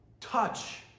touch